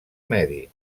medi